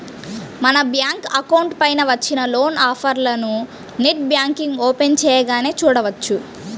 మన bank account పైన వచ్చిన లోన్ ఆఫర్లను నెట్ బ్యాంకింగ్ ఓపెన్ చేయగానే చూడవచ్చు